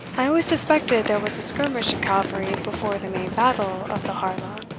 i always suspected there was a skirmish of cavalry before the main battle of the harlaw.